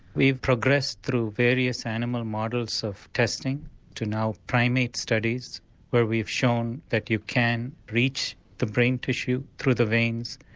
we've progressed through various animal models of testing to now primate studies where we've shown that you can reach the brain tissue through the veins.